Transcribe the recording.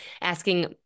asking